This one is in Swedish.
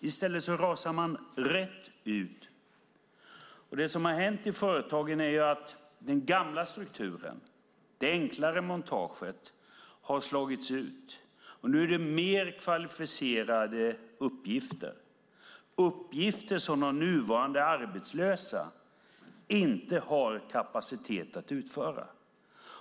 I stället rasade folk rätt ut, och det som har hänt i företagen är att den gamla strukturen, det enklare montaget har slagits ut. Nu är det mer kvalificerade uppgifter - uppgifter som de nuvarande arbetslösa inte har kapacitet att utföra.